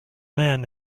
man